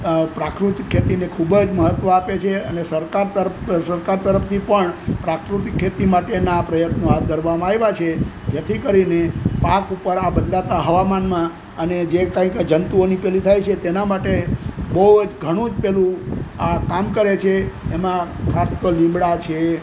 પ્રાકૃતિક ખેતીને પણ ખૂબ જ મહત્વ આપે છે અને સરકાર તરફ સરકાર તરફથી પણ પ્રાકૃતિક ખેતીના પ્રયત્નો હાથ ધરવામાં આઇવા છે જેથી કરીને પાક ઉપર બદલાતા હવામાનમાં અને જે જંતુઓની પેલી થાય છે તેના માટે બહુ જ ઘણું પેલું આ કામ કરે છે એમાં ખાસ તો લીમડા છે